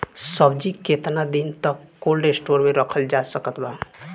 सब्जी केतना दिन तक कोल्ड स्टोर मे रखल जा सकत बा?